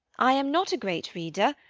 i am not a great reader,